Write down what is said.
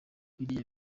biriya